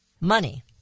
Money